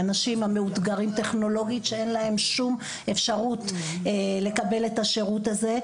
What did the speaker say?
אנשים המאותגרים טכנולוגית שאין להם שום אפשרות לקבל את השירות הזה.